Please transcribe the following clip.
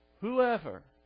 whoever